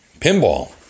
Pinball